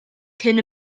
cyn